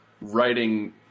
writing